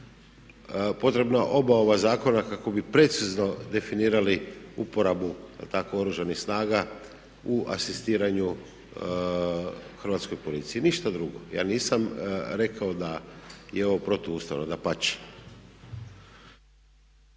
potreba oba ova zakona kako bi precizno definirali uporabu Oružanih snaga u asistiranju Hrvatskoj policiji. Ništa drugo. Ja nisam rekao da je ovo protuustavno, dapače.